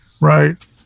Right